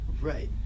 Right